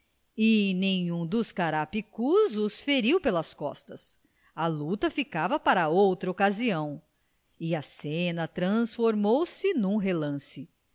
nenhum dos carapicus os feriu pelas costas a luta ficava para outra ocasião e a cena transformou-se num relance